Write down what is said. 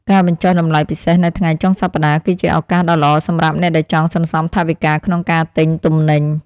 ការបញ្ចុះតម្លៃពិសេសនៅថ្ងៃចុងសប្តាហ៍គឺជាឱកាសដ៏ល្អសម្រាប់អ្នកដែលចង់សន្សំថវិកាក្នុងការទិញទំនិញ។